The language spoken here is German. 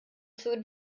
zur